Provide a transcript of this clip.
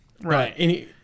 Right